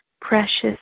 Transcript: precious